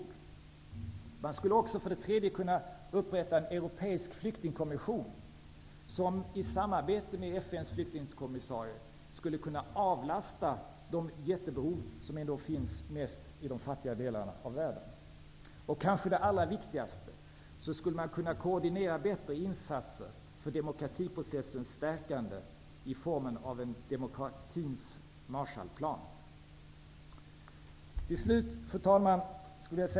En europeisk flyktingkommission skulle kunna upprättas, som i samarbete med FN:s flyktingkommissarie kunde avlasta till förmån för de jättebehov som finns mest i de fattiga delarna av världen. Det allra viktigaste är att koordinera bättre insatser för demokratiprocessens stärkande i form av en demokratins Marshallplan. Fru talman!